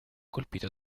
colpito